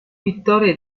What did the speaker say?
pittore